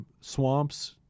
swamps